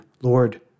Lord